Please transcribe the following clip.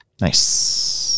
Nice